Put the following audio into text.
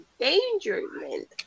endangerment